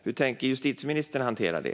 Hur tänker justitieministern hantera det?